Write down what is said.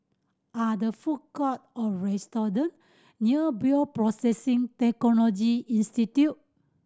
are the food court or restaurant near Bioprocessing Technology Institute